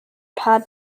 paar